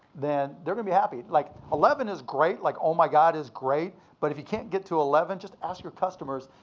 then they're gonna be happy. like eleven is great, like, oh, my god is great, but if ya can't get to eleven, just ask your customers.